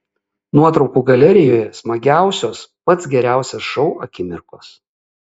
nuotraukų galerijoje smagiausios pats geriausias šou akimirkos